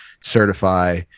certify